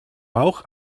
bauch